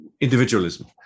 individualism